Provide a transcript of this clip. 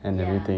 ya